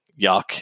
Yuck